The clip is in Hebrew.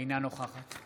אינה נוכחת